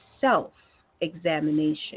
self-examination